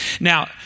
Now